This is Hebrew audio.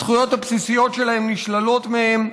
הזכויות הבסיסיות שלהם נשללות מהם.